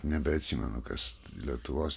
nebeatsimenu kas lietuvos